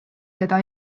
teda